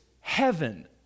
heaven